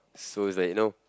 so is like you know